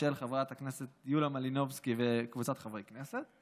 של חברת הכנסת יוליה מלינובסקי וקבוצת חברי הכנסת.